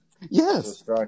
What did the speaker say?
Yes